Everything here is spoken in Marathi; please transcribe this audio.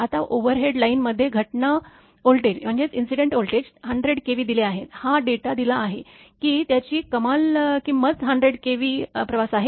आता ओव्हरहेड लाईनमध्ये घटना व्होल्टेज 100 kV दिले आहे हा डेटा दिला आहे की त्याची कमाल किंमत 100 kV प्रवास आहे